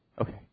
okay